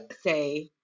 say